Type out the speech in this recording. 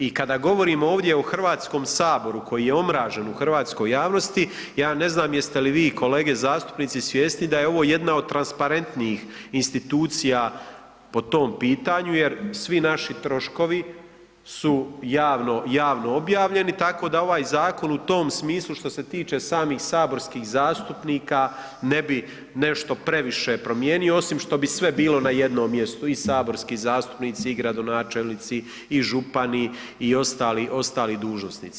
I kada govorimo ovdje o Hrvatskom saboru, koji je omražen u hrvatskoj javnosti, ja ne znam jeste li vi kolege zastupnici svjesni da je ovo jedna od transparentnijih institucija po tom pitanju jer svi naši troškovi su javno, javno objavljeni tako da ovaj zakon u tom smislu što se tiče samih saborskih zastupnika ne bi nešto previše promijenio osim što bi sve bilo na jednom mjestu i saborski zastupnici i gradonačelnici i župani i ostali, ostali dužnosnici.